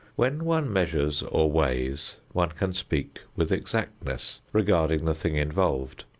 when one measures or weighs, one can speak with exactness regarding the thing involved.